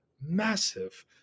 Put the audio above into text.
massive